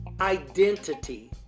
identity